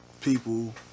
people